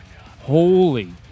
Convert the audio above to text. Holy